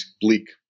bleak